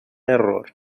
error